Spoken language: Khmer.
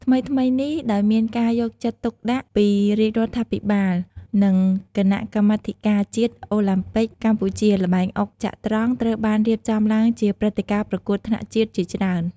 ថ្មីៗនេះ ដោយមានការយកចិត្តទុកដាក់ពីរាជរដ្ឋាភិបាល និងគណៈកម្មាធិការជាតិអូឡាំពិកកម្ពុជា ល្បែងអុកចត្រង្គត្រូវបានរៀបចំឡើងជាព្រឹត្តិការណ៍ប្រកួតថ្នាក់ជាតិជាច្រើន។